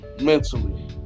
mentally